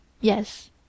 yes